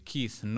Keith